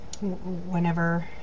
whenever